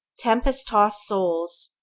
tempest-tossed souls,